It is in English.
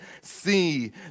see